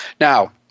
Now